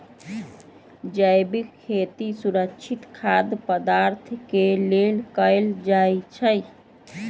जैविक खेती सुरक्षित खाद्य पदार्थ के लेल कएल जाई छई